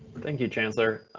thank you, chancellor.